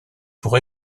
pour